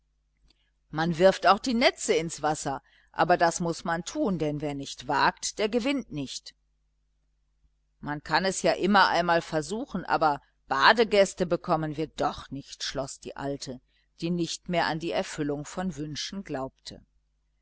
man wirft auch die netze ins wasser aber das muß man tun denn wer nicht wagt der gewinnt nicht man kann es ja immer einmal versuchen aber badegäste bekommen wir doch nicht schloß die alte die nicht mehr an die erfüllung von wünschen glaubte